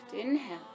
inhale